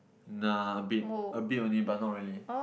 nah bit a bit only but not really